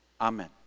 amen